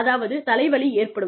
அதாவது தலைவலி ஏற்படும்